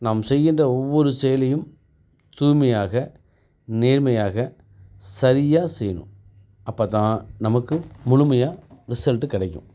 நாம் செய்கின்ற ஒவ்வொரு செயலையும் தூய்மையாக நேர்மையாக சரியா செய்யணும் அப்பத்தான் நமக்கு முழுமையாக ரிசல்ட்டு கிடைக்கும்